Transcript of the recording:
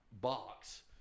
box